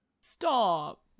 stop